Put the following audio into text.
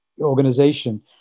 organization